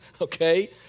okay